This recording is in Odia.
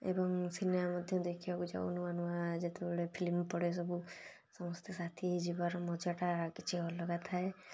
ଏବଂ ସିନେମା ମଧ୍ୟ ଦେଖିବାକୁ ଯାଉ ନୂଆନୂଆ ଯେତେବେଳେ ଫିଲ୍ମ ପଡ଼େ ସବୁ ସମସ୍ତେ ସାଥି ହେଇକି ଯିବାର ମଜାଟା କିଛି ଅଲଗା ଥାଏ